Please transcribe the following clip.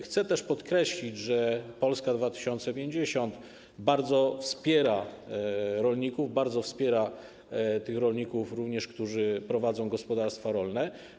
Chcę też podkreślić, że Polska 2050 bardzo wspiera rolników, również tych rolników, którzy prowadzą gospodarstwa rolne.